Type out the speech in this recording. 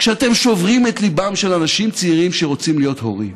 כשאתם שוברים את ליבם של אנשים צעירים שרוצים להיות הורים?